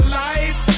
life